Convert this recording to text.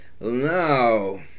Now